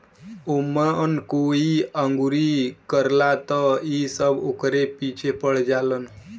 ओमन कोई अंगुरी करला त इ सब ओकरे पीछे पड़ जालन